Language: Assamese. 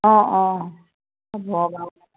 অঁ অঁ হ'ব